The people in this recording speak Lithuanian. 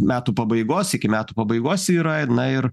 metų pabaigos iki metų pabaigos ji yra na ir